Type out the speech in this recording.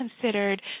considered